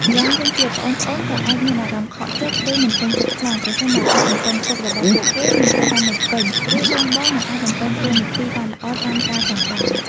ម្យ៉ាងវិញទៀត ប្អូនៗក៏អាចមានអារម្មណ៍ ខកចិត្ត ឬមិនពេញចិត្តខ្លាំង ប្រសិនបើការរំពឹងទុករបស់ពួកគេមិនត្រូវបានបំពេញ ឬបងៗមិនអាចបំពេញតួនាទីបានល្អតាមការចង់បាន។